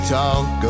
talk